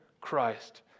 Christ